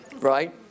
right